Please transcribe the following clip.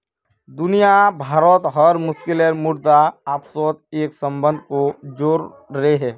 दुनिया भारोत हर मुल्केर मुद्रा अपासोत एक सम्बन्ध को जोड़ोह